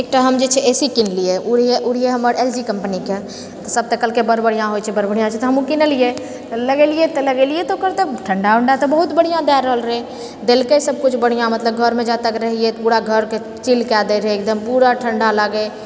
एकटा हम जे छै ए सी किनलिऐ ओ रहै ओ रहै हमर एल जी कम्पनीके सब तऽ कहलकै बड़ बढ़िआँ होइत छै बड़ बढ़िआँ होइत छै तऽ हमहुँ किनलिऐ तऽ लगेलिऐ तऽ लगेलिऐ तऽ ओकर तऽ ठण्डा वण्डा तऽ बहुत बढ़िआँ दै रहल रहै देलके सबकिछु बढ़िआँ मतलब घरमे जबतक रहिऐ पूरा घरके चिल कए दै रहै एकदम पूरा ठण्डा लागए